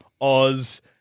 Oz